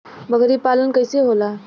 बकरी पालन कैसे होला?